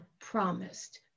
promised